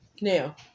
now